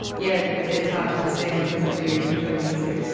yeah it's it's hard to understand, because i do enjoy music.